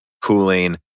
cooling